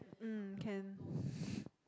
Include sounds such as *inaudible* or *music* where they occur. um can *breath*